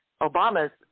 Obama's